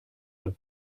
and